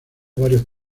varios